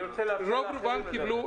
אני רוצה לאפשר לאחרים לדבר.